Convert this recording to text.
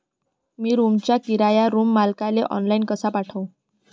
मी रूमचा किराया रूम मालकाले ऑनलाईन कसा पाठवू?